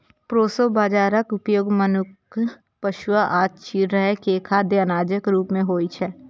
proso बाजाराक उपयोग मनुक्ख, पशु आ चिड़ै के खाद्य अनाजक रूप मे होइ छै